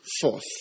forth